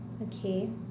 okay